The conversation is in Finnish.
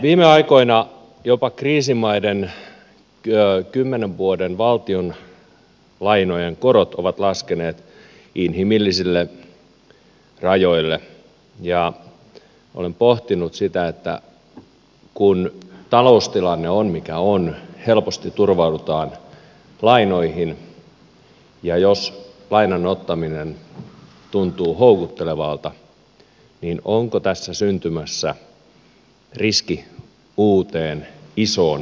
viime aikoina jopa kriisimaiden kymmenen vuoden valtionlainojen korot ovat laskeneet inhimillisille rajoille ja olen pohtinut sitä että kun taloustilanne on mikä on helposti turvaudutaan lainoihin ja jos lainan ottaminen tuntuu houkuttelevalta niin onko tässä syntymässä riski uuteen isoon eurooppalaiseen kuplaan